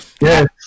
yes